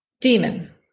Demon